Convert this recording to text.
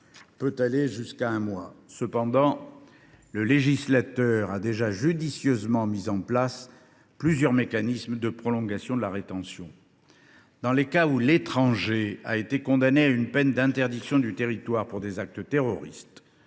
peut aller jusqu’à un mois. Cependant, le législateur a déjà judicieusement mis en place plusieurs mécanismes de prolongation de la rétention. Dans les cas où l’étranger a été condamné à une peine d’interdiction du territoire pour des actes terroristes